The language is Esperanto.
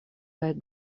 kaj